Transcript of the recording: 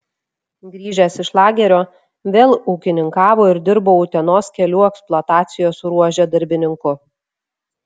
grįžęs iš lagerio vėl ūkininkavo ir dirbo utenos kelių eksploatacijos ruože darbininku